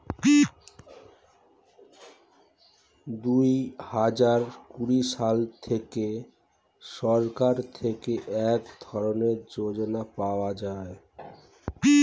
দুহাজার কুড়ি সাল থেকে সরকার থেকে এক ধরনের যোজনা পাওয়া যায়